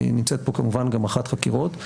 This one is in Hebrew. נמצאת פה כמובן גם רח"ט חקירות.